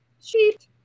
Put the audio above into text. sheet